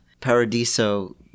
paradiso